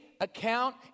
account